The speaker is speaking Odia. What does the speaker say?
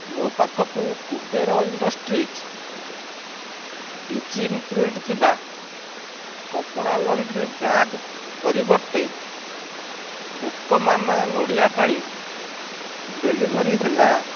ମୋ ପାଖକୁ କୁବେର ଇଣ୍ଡଷ୍ଟ୍ରିଜ୍ ଡିଜ୍ନି ପ୍ରିଣ୍ଟ୍ ଥିବା କପଡ଼ା ଲଣ୍ଡ୍ରୀ ବ୍ୟାଗ୍ ପରିବର୍ତ୍ତେ କୋକୋମାମା ନଡ଼ିଆ ପାଣି ଡେଲିଭରି ହେଲା